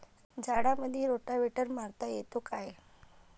झाडामंदी रोटावेटर मारता येतो काय?